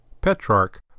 Petrarch